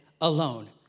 alone